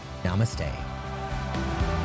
Namaste